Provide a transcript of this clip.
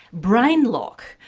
brain lock,